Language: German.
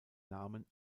namen